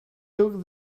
took